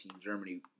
Germany